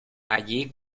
allí